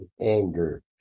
anger